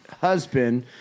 Husband